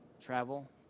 Travel